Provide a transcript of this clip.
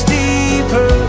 deeper